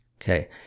Okay